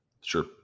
Sure